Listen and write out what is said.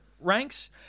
ranks